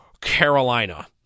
Carolina